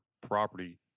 property